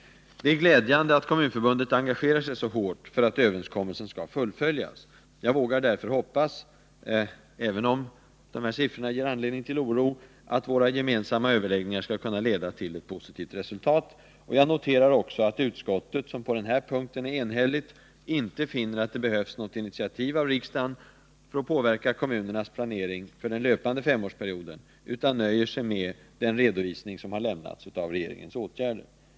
Det är glädjande att Kommunförbundet engagerar sig så hårt för att överenskommelsen skall fullföljas. Jag vågar därför hoppas, även om dessa siffror ger anledning till oro, hoppas att våra gemensamma överläggningar skall kunna leda till ett positivt resultat. Jag noterar också att utskottet, som på den här punkten är enhälligt, inte finner att det behövs något initiativ av riksdagen för att påverka kommunernas planering för den löpande femårsperioden, utan nöjer sig med den redovisning av regeringens åtgärder som har lämnats.